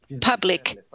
public